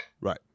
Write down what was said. Right